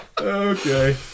Okay